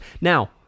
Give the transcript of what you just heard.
Now